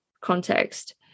context